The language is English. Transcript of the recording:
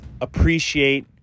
appreciate